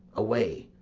away,